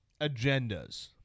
agendas